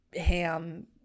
ham